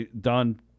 Don